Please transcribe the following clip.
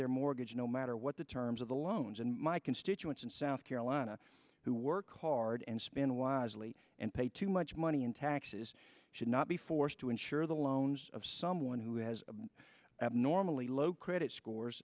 their mortgage no matter what the terms of the loans and my constituents in south carolina who work hard and spend wisely and pay too much money in taxes should not be forced to insure the loans of someone who has abnormally low credit scores